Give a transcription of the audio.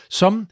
som